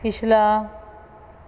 ਪਿਛਲਾ